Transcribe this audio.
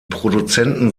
produzenten